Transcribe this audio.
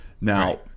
Now